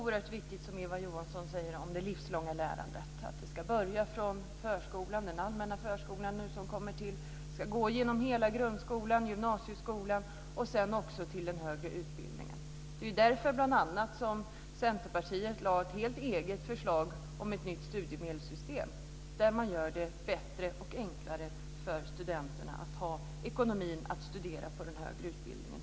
Fru talman! Det som Eva Johansson säger om det livslånga lärandet är oerhört viktigt. Det ska börja från den allmänna förskolan, gå igenom hela grundskolan och gymnasieskolan och vidare till den högre utbildningen. Det är ju bl.a. därför som Centerpartiet lade fram ett eget förslag om ett nytt studiemedelssystem som innebar att det blev lättare för studenterna att studera på den högre utbildningen.